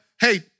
hey